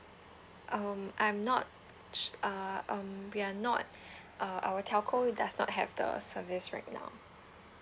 um I'm not su~ uh um we are not uh our TELCO does not have the service right now